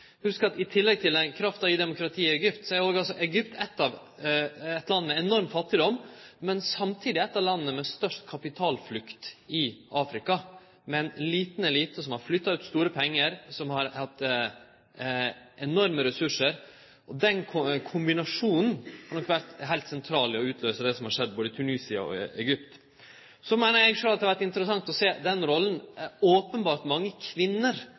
at i tillegg til denne krafta i demokratiet i Egypt, er Egypt eit land med enorm fattigdom, men samtidig eit av landa med størst kapitalflukt i Afrika – med ein liten elite som har flytta ut store pengar, og som har hatt enorme ressursar. Den kombinasjonen har nok vore heilt sentral i å utløyse det som har skjedd både i Tunisia og i Egypt. Så meiner eg at det har vore interessant å sjå den rolla openbert mange kvinner